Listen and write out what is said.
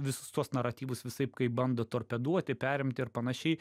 visus tuos naratyvus visaip kaip bando torpeduoti perimti ir panašiai